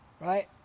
Right